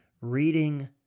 reading